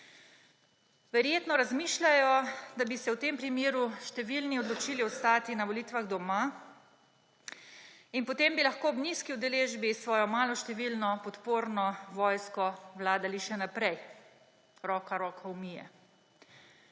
Verjetno razmišljajo, da bi se v tem primeru številni odločili ostati na volitvah doma. In potem bi lahko ob nizki udeležbi s svojo maloštevilno podporno vojsko vladali še naprej. Roka roko umije.